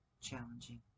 challenging